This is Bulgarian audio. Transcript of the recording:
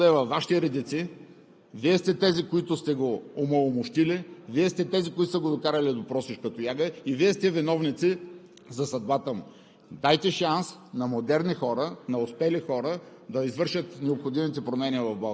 враг или враг на народа там, където го няма. Врагът на народа е във Вашите редици. Вие сте тези, които сте го омаломощили, Вие сте тези, които са го докарали до просешка тояга и Вие сте виновници за съдбата му.